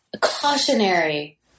cautionary